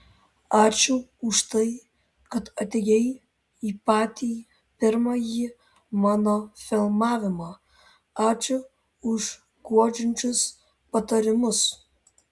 ačiū už tai kad atėjai į patį pirmąjį mano filmavimą ačiū už guodžiančius patarimus